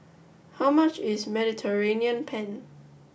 how much is Mediterranean Penne